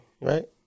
right